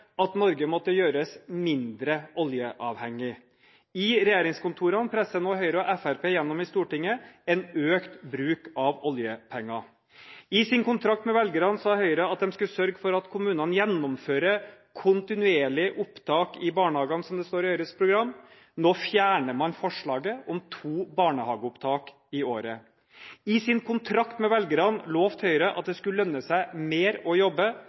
at Norge måtte gjøres mindre oljeavhengig. I regjeringskontorene presser nå Høyre og Fremskrittspartiet gjennom i Stortinget en økt bruk av oljepenger. I sin kontrakt med velgerne sa Høyre at de skulle sørge for at kommunene gjennomfører kontinuerlig opptak i barnehagene, som det står i Høyres program. Nå fjerner man forslaget om to barnehageopptak i året. I sin kontrakt med velgerne lovet Høyre at det skulle lønne seg mer å jobbe.